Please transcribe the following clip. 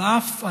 על אף,